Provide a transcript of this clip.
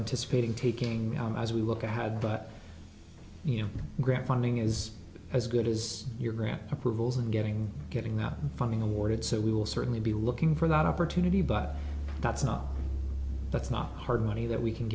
anticipating taking as we look ahead but you know grant funding is as good as your grant approvals and getting getting that funding awarded so we will certainly be looking for that opportunity but that's not that's not hard money that we can